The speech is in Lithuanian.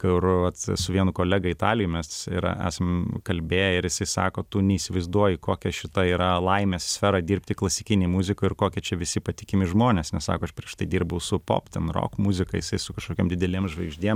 kur vat su vienu kolega italijoj mes yra esam kalbėję ir jisai sako tu neįsivaizduoji kokia šita yra laimės sfera dirbti klasikinėj muzikoj ir kokie čia visi patikimi žmonės nes sako aš prieš tai dirbau su pop ten rock muzika jisai su kažkokiom didelėm žvaigždėm